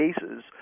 cases